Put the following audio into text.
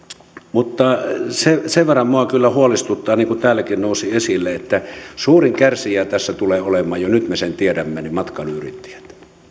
mutta sen verran minua kyllä huolestuttaa niin kuin täälläkin nousi esille että suurin kärsijä tässä tulee olemaan jo nyt me sen tiedämme matkailuyrittäjät